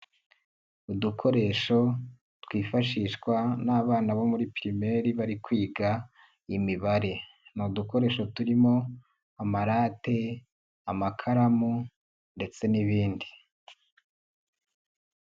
Udukoresho twifashishwa n'abana bo muri pirimeri bari kwiga imibare, ni udukoresho turimo amarate, amakaramu ndetse n'ibindi.